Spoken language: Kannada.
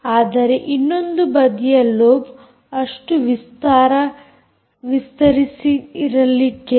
ಆದರೆ ಇನ್ನೊಂದು ಬದಿಯ ಲೋಬ್ ಅಷ್ಟು ವಿಸ್ತರಿಸಿರಲಿಕ್ಕಿಲ್ಲ